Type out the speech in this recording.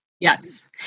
Yes